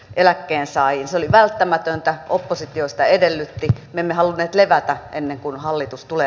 eläkkeensaajien sali välttämätöntä oppositio sitä edellytti me emme halunneet levätä ennen kuin hallitus tule